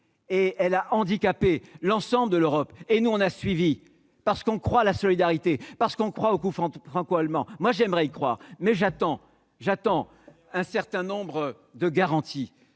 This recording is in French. et elle a handicapé l'ensemble de l'Europe et nous, on a suivi parce qu'on croit, la solidarité parce qu'on croit au coup fente franco-allemand, moi j'aimerais y croire mais j'attends, j'attends un certain nombre de garanties